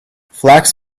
flax